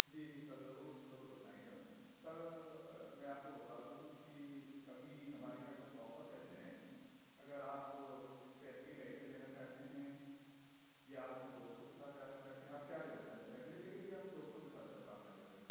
جی جی سر ضرور ضرور بتائیں گے سر میں آپ کو بتا دوں کہ ابھی ہمارے یہاں کچھ آفر چل رہے ہیں اگر آپ فیملی پیکج لینا چاہتے ہیں یا آپ اپنے دوستوں کے ساتھ جانا چاہتے ہیں آپ کیا لینا چاہتے ہیں فیملی پیکج یا اپنے دوستوں کے ساتھ جا باہر جانا چاہتے ہیں